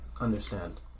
understand